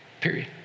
Period